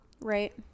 right